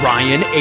Ryan